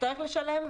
יצטרך לשלם,